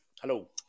hello